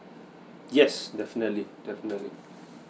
yes definitely definitely